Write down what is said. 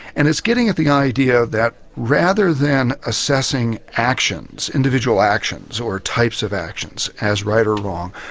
and it's getting at the idea that rather than assessing actions, individual actions, or types of actions, as right or wrong,